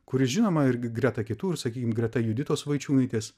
kuris žinoma irgi greta kitų ir sakykim greta juditos vaičiūnaitės